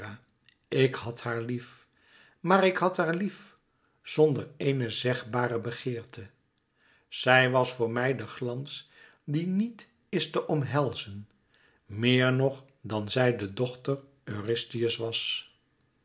ik had haar lief maar ik had haar lief zonder ééne zegbare begeerte zij was voor mij de glans die niet is te omhelzen meer nog dan zij de dochter eurystheus was